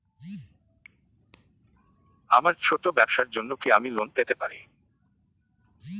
আমার ছোট্ট ব্যাবসার জন্য কি আমি লোন পেতে পারি?